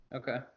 okay